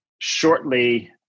shortly